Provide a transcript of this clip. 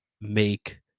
make